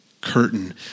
curtain